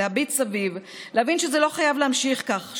להביט סביב ולהבין שזה לא חייב להימשך כך.